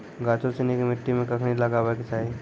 गाछो सिनी के मट्टी मे कखनी लगाबै के चाहि?